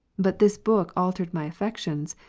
but this book altered my affections,